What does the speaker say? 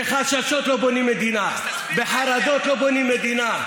בחששות לא בונים מדינה, בחרדות לא בונים מדינה.